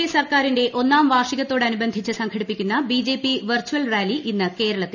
A ഒന്നാം വാർഷികത്തോടനുബന്ധിച്ച് സംഘടിപ്പിക്കുന്ന ബിജെപി വെർച്ചൽ റാലി ഇന്ന് കേരളത്തിൽ